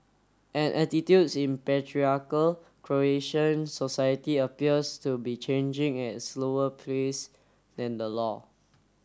and attitudes in patriarchal Croatian society appears to be changing at slower pace than the law